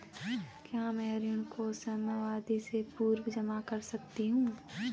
क्या मैं ऋण को समयावधि से पूर्व जमा कर सकती हूँ?